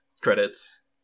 Credits